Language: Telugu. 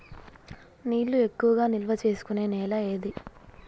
నీళ్లు ఎక్కువగా నిల్వ చేసుకునే నేల ఏది?